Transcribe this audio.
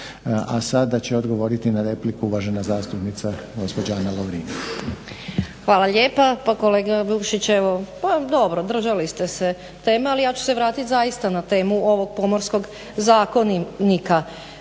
A sada će odgovoriti na repliku uvažena zastupnica gospođa Ana Lovrin. **Lovrin, Ana (HDZ)** Hvala lijepa. Pa kolega Vukšić, pa dobro držali ste se teme, ali ja ću se vratit zaista na temu ovog Pomorskog zakonika.